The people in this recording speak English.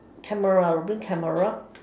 camera I will bring camera